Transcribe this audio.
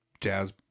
jazz